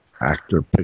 actor